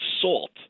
SALT